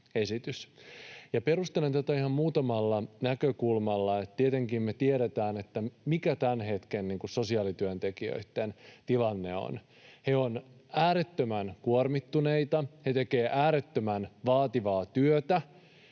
perustelen tätä ihan muutamalla näkökulmalla. Tietenkin me tiedetään, mikä tämän hetken sosiaalityöntekijöitten tilanne on. He ovat äärettömän kuormittuneita, he tekevät äärettömän vaativaa työtä